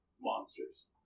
monsters